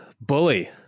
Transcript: Bully